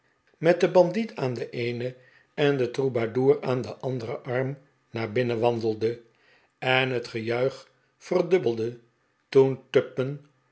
met den bandiet aan den eenen en den troubadour aan den anderen arm naar binnen wandelde en het gejuich verdubbelde nog toen